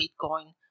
Bitcoin